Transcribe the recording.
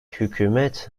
hükümet